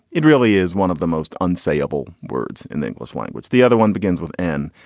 it really is one of the most unsayable words in the english language. the other one begins with n,